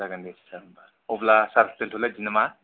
जागोन दे सार होनबा अब्ला सार दोनथ'लायदिनि नामा